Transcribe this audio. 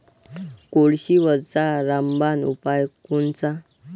कोळशीवरचा रामबान उपाव कोनचा?